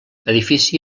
edifici